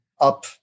up